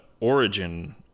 origin